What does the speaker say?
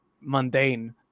mundane